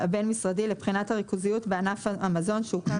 הבין משרדי לבחינת הריכוזיות בענף המזון שהוקם